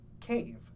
cave